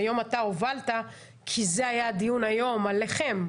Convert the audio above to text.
היום אתה הובלת כי זה היה הדיון היום, עליכם,